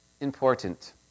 important